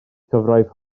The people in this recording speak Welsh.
cyfraith